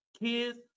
kids